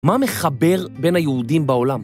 מה מחבר בין היהודים בעולם?